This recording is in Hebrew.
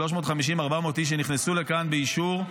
350 400 איש שנכנסו לכאן באישור,